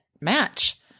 match